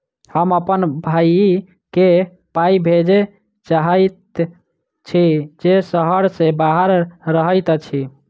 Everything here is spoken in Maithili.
हम अप्पन भयई केँ पाई भेजे चाहइत छि जे सहर सँ बाहर रहइत अछि